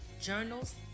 journals